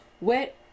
wet